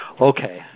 Okay